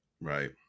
Right